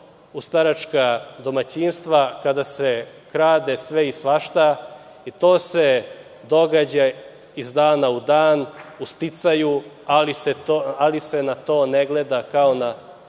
u staračka domaćinstva, kada se krade sve i svašta i to se događa iz dana u dan, ali se na to ne gleda kao na